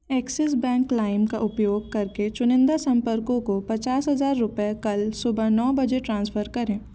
axis bank Lime का उपयोग करके चुनिंदा संपर्कों को पचास हज़ार रुपये कल सुबह नौ बजे ट्रांसफ़र करें